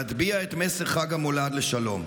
מטביע את מסר חג המולד לשלום.